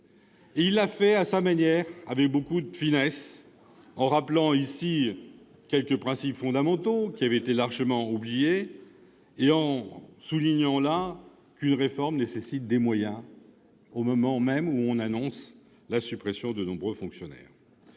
Il l'a fait à sa manière, avec beaucoup de finesse, en rappelant ici quelques principes fondamentaux qui avaient été largement oubliés et en soulignant là qu'une réforme nécessite des moyens, au moment même où on annonce la suppression de nombreux postes de fonctionnaires.